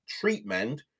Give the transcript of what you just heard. treatment